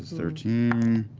thirteen.